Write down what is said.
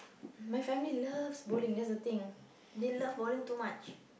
my family loves bowling that's the thing they love bowling too much